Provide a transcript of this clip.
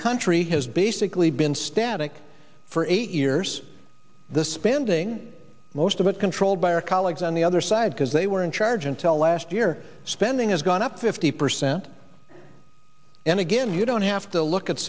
country has basically been static for eight years the spending most of it controlled by our colleagues on the other side because they were in charge until last year spending has gone up fifty percent and again you don't have to look at